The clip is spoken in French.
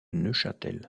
neuchâtel